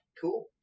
cool